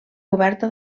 coberta